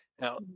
Now